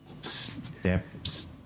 Steps